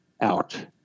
out